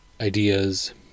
ideas